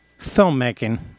filmmaking